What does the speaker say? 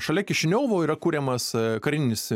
šalia kišiniovo yra kuriamas karinis